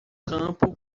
campo